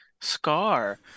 Scar